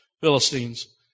Philistines